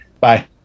Bye